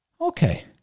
Okay